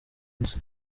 nzi